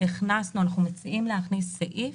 אנחנו מציעים להכניס סעיף,